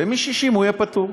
ומ-60 הוא יהיה פטור.